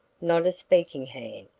not a speaking hand,